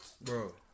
Bro